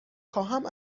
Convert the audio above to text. خواهم